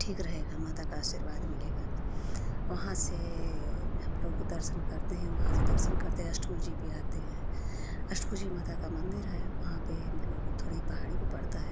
ठीक रहेगा माता का आशीर्वाद मिलेगा वहाँ से हम लोग दर्शन करते हैं वहाँ से दर्शन करते अष्टभुजी भी आते हैं अष्टभुजी माता का मंदिर है वहाँ पर हम लोग थोड़ी पहाड़ी पर पड़ता है